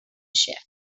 shift